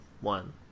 one